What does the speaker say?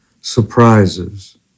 surprises